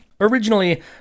originally